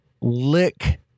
lick